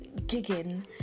gigging